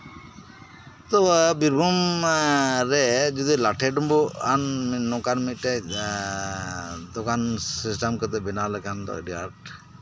ᱛᱚᱵᱮ ᱵᱤᱨᱵᱷᱩᱢᱨᱮ ᱡᱩᱫᱤ ᱞᱟᱴᱷᱮ ᱰᱩᱢᱵᱩᱜ ᱟᱱ ᱱᱚᱝᱠᱟᱱ ᱢᱤᱫᱴᱟᱱ ᱫᱳᱠᱟᱱ ᱥᱤᱥᱴᱮᱢ ᱠᱟᱛᱮᱫ ᱵᱮᱱᱟᱣ ᱞᱮᱠᱷᱟᱱ ᱫᱚ ᱟᱹᱰᱤ ᱟᱸᱴ